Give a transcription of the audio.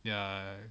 ya